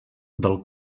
del